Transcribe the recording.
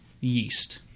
yeast